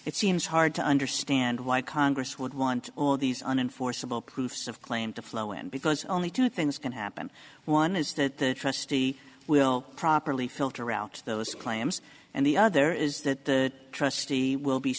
it seems hard to understand why congress would want all these unenforceable proofs of claim to flow in because only two things can happen one is that the trustee will properly filter out those claims and the other is that the trustee will be